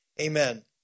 amen